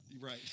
Right